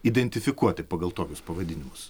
identifikuoti pagal tokius pavadinimus